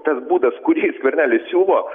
tas būdas kurį skvernelis siūlo